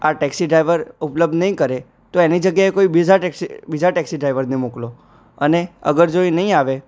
આ taxi driver ઉપલબ્ધ નહીં કરે તો એની જગ્યાએ કોઈ બીજા ટેક્સી બીજા ડ્રાઈવરને મોકલો અને અગર જો એ નહીં આવે